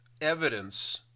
evidence